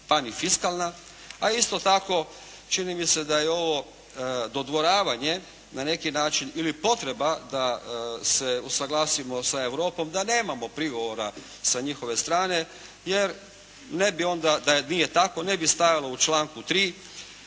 pa ni fiskalna, a isto tako čini mi se da je ovo dodvoravanje na neki način ili potreba da se usuglasimo sa Europom, da nemamo prigovora sa njihove strane jer ne bi onda da nije tako ne bi stajalo u članku 3.